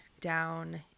down